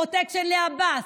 פרוטקשן לעבאס.